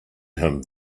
him